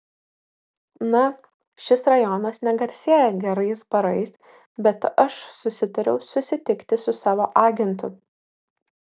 na šis rajonas negarsėja gerais barais bet aš susitariau susitikti su savo agentu